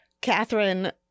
Catherine